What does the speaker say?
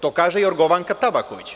To kaže Jorgovanka Tabaković.